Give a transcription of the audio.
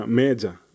major